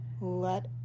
let